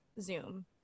Zoom